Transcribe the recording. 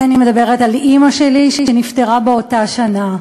אני מדברת על אימא שלי, שנפטרה באותה שנה,